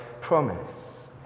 promise